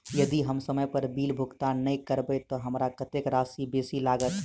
यदि हम समय पर बिल भुगतान नै करबै तऽ हमरा कत्तेक राशि बेसी लागत?